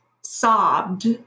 sobbed